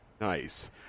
Nice